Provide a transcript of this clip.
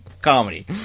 comedy